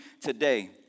today